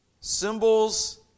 symbols